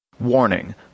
Warning